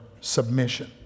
submission